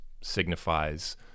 signifies